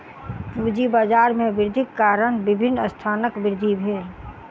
पूंजी बाजार में वृद्धिक कारण विभिन्न संस्थानक वृद्धि भेल